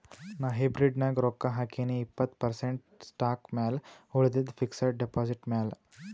ನಾ ಹೈಬ್ರಿಡ್ ನಾಗ್ ರೊಕ್ಕಾ ಹಾಕಿನೀ ಇಪ್ಪತ್ತ್ ಪರ್ಸೆಂಟ್ ಸ್ಟಾಕ್ ಮ್ಯಾಲ ಉಳಿದಿದ್ದು ಫಿಕ್ಸಡ್ ಡೆಪಾಸಿಟ್ ಮ್ಯಾಲ